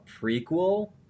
prequel